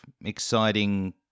exciting